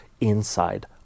inside